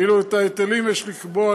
ואילו את ההיטלים יש לקבוע,